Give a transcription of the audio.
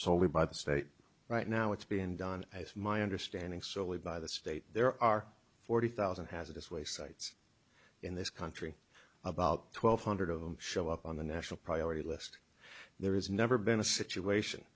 solely by the state right now it's being done as my understanding solely by the state there are forty thousand hazardous waste sites in this country about twelve hundred of them show up on the national priority list there is never been a situation